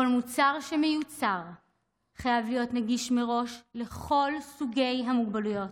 כל מוצר שמיוצר חייב להיות נגיש מראש לכל סוגי המוגבלויות.